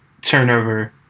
turnover